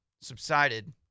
subsided